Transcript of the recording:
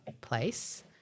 place